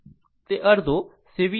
તે અડધો C Vm 2 હશે 2